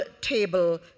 table